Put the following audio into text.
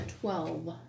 Twelve